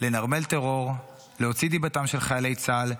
לנרמל טרור, להוציא דיבתם של חיילי צה"ל.